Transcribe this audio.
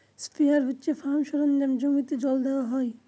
sprayer হচ্ছে farm সরঞ্জাম জমিতে জল দেওয়া হয়